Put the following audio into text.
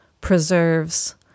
preserves